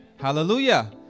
Hallelujah